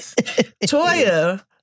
Toya